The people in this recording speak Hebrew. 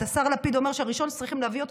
את השר לפיד אומר שהראשון שצריכים להביא אותו